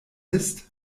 ist